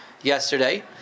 yesterday